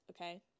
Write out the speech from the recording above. okay